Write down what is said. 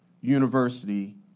University